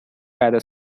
rather